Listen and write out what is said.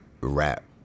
rap